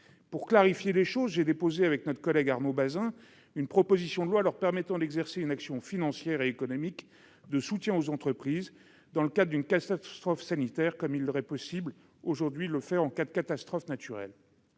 Pour clarifier les choses, j'ai déposé, avec mon collègue Arnaud Bazin, une proposition de loi permettant aux conseils départementaux d'exercer une action financière et économique de soutien aux entreprises dans le cas d'une catastrophe sanitaire, comme il leur est possible aujourd'hui de le faire en cas de catastrophe naturelle.